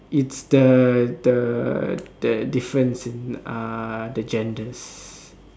it's the the the difference in the uh the genders